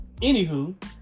anywho